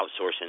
outsourcing